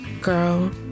Girl